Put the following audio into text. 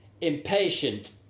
impatient